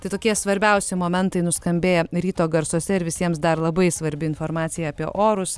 tai tokie svarbiausi momentai nuskambėję ryto garsuose ir visiems dar labai svarbi informacija apie orus